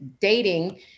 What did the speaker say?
dating